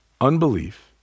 Unbelief